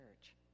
church